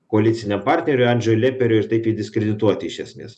koaliciniam partneriui andžiui leperiui ir taip jį diskredituoti iš esmės